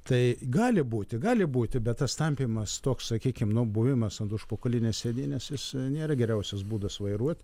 tai gali būti gali būti bet tas tampymas toks sakykim nu buvimas ant užpokalinės sėdynės jis nėra geriausias būdas vairuot